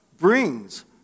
brings